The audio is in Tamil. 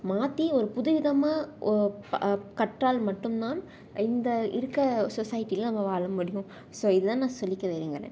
மாற்றி ஒரு புது விதமாக கற்றால் மட்டும் தான் இந்த இருக்கிற சொசையிட்டில் நம்ம வாழ முடியும் ஸோ இது தான் நான் சொல்லிக்க